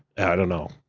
i don't know.